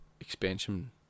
expansion